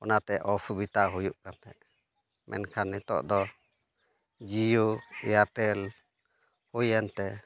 ᱚᱱᱟᱛᱮ ᱚᱥᱩᱵᱤᱫᱷᱟ ᱦᱩᱭᱩᱜ ᱠᱟᱱ ᱛᱟᱦᱮᱸᱫᱼᱟ ᱢᱮᱱᱠᱷᱟᱱ ᱱᱤᱛᱚᱜ ᱫᱚ ᱡᱤᱭᱳ ᱮᱭᱟᱨᱴᱮᱞ ᱦᱩᱭᱮᱱᱼᱛᱮ